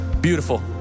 Beautiful